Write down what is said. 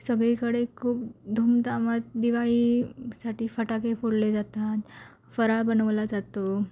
सगळीकडे खूप धुमधामात दिवाळी साठी फटाके फोडले जातात फराळ बनवला जातो